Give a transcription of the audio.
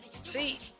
See